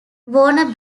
warner